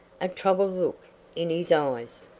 a troubled look in his eyes.